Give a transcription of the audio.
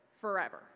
forever